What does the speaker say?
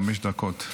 חמש דקות.